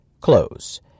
close